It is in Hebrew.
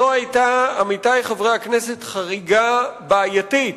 זאת היתה, עמיתי חברי הכנסת, חריגה בעייתית